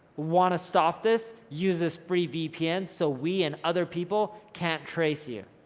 wanna stop this? use this free vpn so we and other people can't trace you.